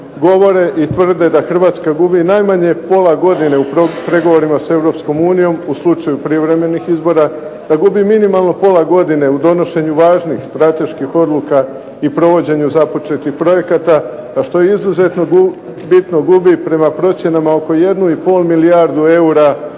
govore i tvrde da Hrvatska gubi najmanje pola godine u pregovorima sa Europskom unijom u slučaju prijevremenih izbora, da gubi minimalno pola godine u donošenju važnih strateških odluka i provođenju započetih projekata a što je izuzetno bitno gubi i prema procjenama oko jednu i pol milijardu eura